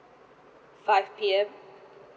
five P_M